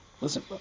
Listen